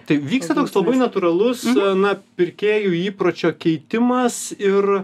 tai vyksta toks labai natūralus na pirkėjų įpročio keitimas ir